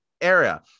area